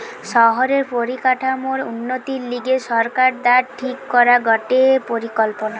শহরের পরিকাঠামোর উন্নতির লিগে সরকার দ্বারা ঠিক করা গটে পরিকল্পনা